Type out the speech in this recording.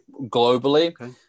globally